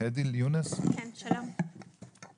הדיל יונס, בבקשה,